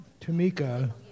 Tamika